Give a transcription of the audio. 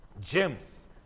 James